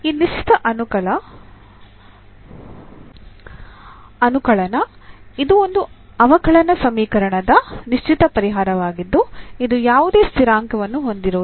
ಈ ನಿಶ್ಚಿತ ಅನುಕಲನ ಇದು ಒಂದು ಅವಕಲನ ಸಮೀಕರಣದ ನಿಶ್ಚಿತ ಪರಿಹಾರವಾಗಿದ್ದು ಇದು ಯಾವುದೇ ಸ್ಥಿರಾಂಕವನ್ನು ಹೊಂದಿರುವುದಿಲ್ಲ